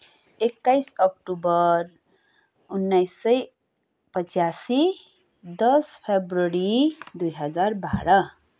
एक्काइस अक्टोबर उन्नाइस सय पचासी दस फेब्रुअरी दुई हजार बाह्र